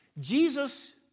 Jesus